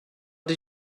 did